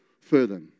further